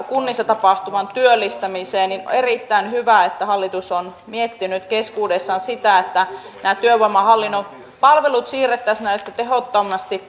kunnissa tapahtuvaan työllistämiseen on erittäin hyvä että hallitus on miettinyt keskuudessaan sitä että nämä työvoimahallinnon palvelut siirrettäisiin näistä tehottomasti